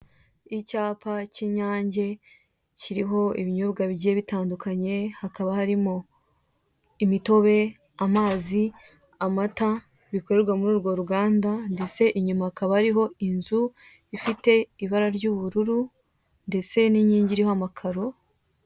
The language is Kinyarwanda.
Icyapa cy'inyange kiriho ibinyobwa bigiye bitandukanye hakaba harimo imitobe, amazi, amata bikorerwa muri urwo ruganda ndetse inyuma hakaba hariho inzu ifite ibara ry'ubururu ndetse n'inkingi iriho amakaro.